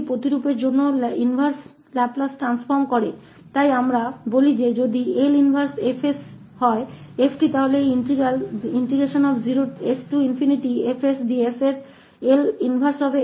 अपने समकक्ष के लिए लाप्लास उलटा परिणत है तो हम कहते हैं कि अगर L उलटा 𝐹 𝑠 है 𝑓𝑡 इस 𝑓 𝑡 अभिन्न के तत्कालीन 𝐿 उल्टा s𝐹𝑑s होता है